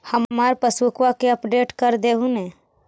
हमार पासबुकवा के अपडेट कर देहु ने?